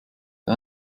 der